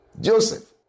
Joseph